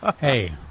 Hey